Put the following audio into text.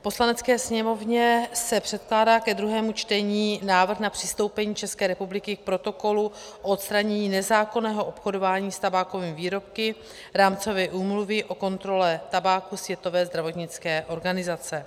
Poslanecké sněmovně se předkládá ke druhému čtení návrh na přistoupení České republiky k Protokolu o odstranění nezákonného obchodování s tabákovými výrobky Rámcové úmluvy o kontrole tabáku Světové zdravotnické organizace.